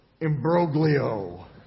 imbroglio